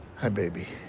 hi, baby.